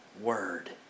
word